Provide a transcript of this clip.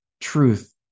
truth